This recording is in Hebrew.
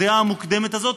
הדעה המוקדמת הזאת,